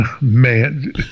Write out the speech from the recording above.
Man